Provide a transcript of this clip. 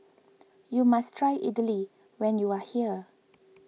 you must try Idili when you are here